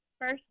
first